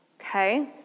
Okay